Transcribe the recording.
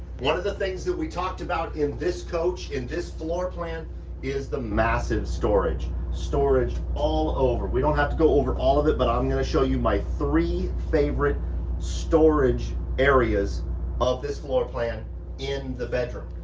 one of the things that we talked about in this coach in this floor plan is the massive storage storage all over. we don't have to go over all of it, but i'm gonna show you my three favorite storage areas of this floor plan in the bedroom.